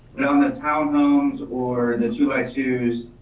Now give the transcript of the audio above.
not on the townhomes or the two by twos,